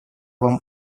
вам